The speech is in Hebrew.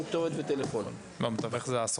כתובת וטלפון בטופס